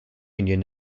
union